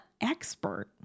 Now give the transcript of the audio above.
expert